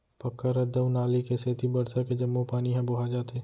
पक्का रद्दा अउ नाली के सेती बरसा के जम्मो पानी ह बोहा जाथे